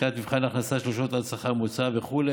בחינת מבחן ההכנסה, השכר הממוצע וכו'.